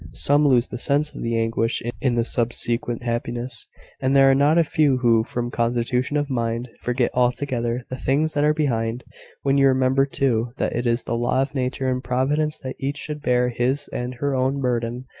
some lose the sense of the anguish in the subsequent happiness and there are not a few who, from constitution of mind, forget altogether the things that are behind when you remember, too, that it is the law of nature and providence that each should bear his and her own burden,